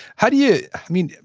how do you, i mean,